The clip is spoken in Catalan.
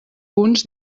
punts